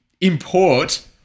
import